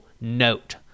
note